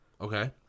Okay